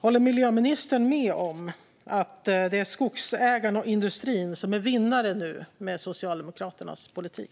Håller miljöministern med om att det är skogsägarna och industrin som nu är vinnare med Socialdemokraternas politik?